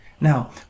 Now